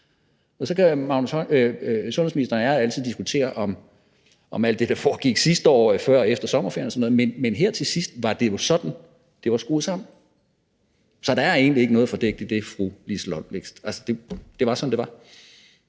så kan sundhedsministeren og jeg altid diskutere om alt det, der foregik sidste år, før og efter sommerferien, og sådan noget, men her til sidst var det jo sådan, det var skruet sammen. Så der er egentlig ikke noget fordækt i det, fru Liselott Blixt. Altså, det var